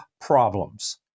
problems